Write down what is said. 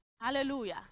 Hallelujah